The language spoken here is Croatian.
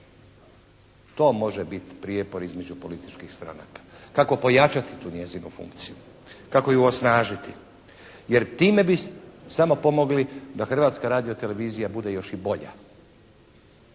To može bit prijepor između političkih stranaka. Kako pojačati tu njezinu funkciju, kako ju osnažiti, jer time bi samo pomogli da Hrvatska radiotelevizija bude još i bolja.